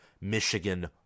Michigan